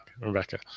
rebecca